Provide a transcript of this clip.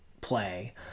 play